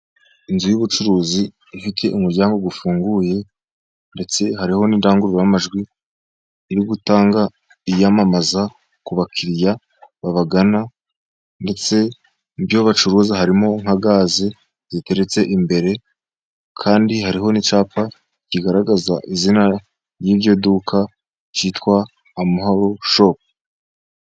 Inzu y'ubucuruzi ifite umuryango ufunguye ndetse hariho n'indangurura majwi, iri gutanga iyamamaza ku bakiriya babagana ndetse mu byo bacuruza, harimo nka gaze ziteretse imbere kandi hariho n'icyapa, kigaragaza izina ry'iryo duka cyitwa amahoro shopu.